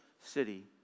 city